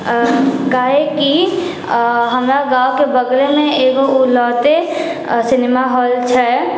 काहेकि हमरा गाँवके बगलेमे एगो ओनाहिते सिनेमा हाँल छै